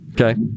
Okay